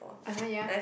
(uh huh) ya